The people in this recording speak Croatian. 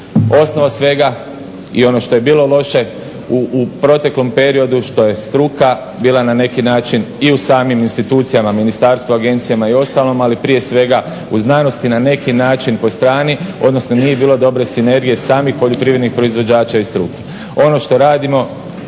Osnova svega i ono što je bilo loše u proteklom periodu, što je struka bila na neki način i u samim institucijama, ministarstvu, agencijama i ostalom, ali prije svega u znanosti na neki način po strani, odnosno nije bilo dobre sinergije samih poljoprivrednih proizvođača i struke.